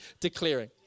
declaring